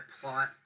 plot